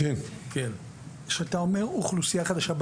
כשאתה אומר אוכלוסייה חלשה,